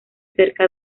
cerca